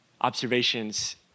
observations